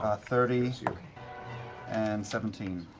thirty. and seventeen.